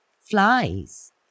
flies